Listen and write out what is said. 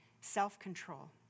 Self-control